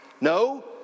No